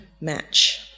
match